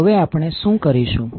તો હવે આપણે શું કરીશું